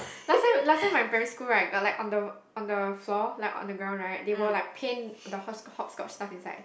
last time last time my primary school right got like on the on the floor like on the ground right they will paint the hopscotch hopscotch stuff inside